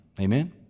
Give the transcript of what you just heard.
Amen